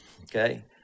okay